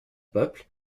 peuple